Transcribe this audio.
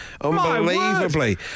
Unbelievably